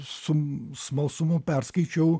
su smalsumu perskaičiau